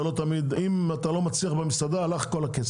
ואם אתה לא מצליח כל הכסף הלך.